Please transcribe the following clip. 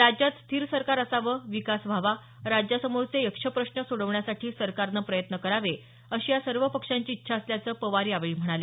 राज्यात स्थीर सरकार असावं विकास व्हावा राज्यासमोरचे यक्ष प्रश्न सोडवण्यासाठी सरकारनं प्रयत्न करावे अशी या सर्व पक्षांची इच्छा असल्याचं पवार यावेळी म्हणाले